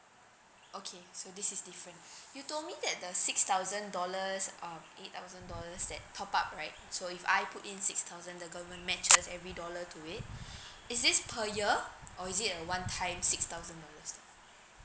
okay so this is different you told me that the six thousand dollars um eight thousand dollars that top up right so if I put in six thousand the government matches every dollar to it is this per year or is it a one time six thousand dollars